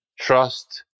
trust